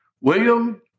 William